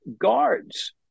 guards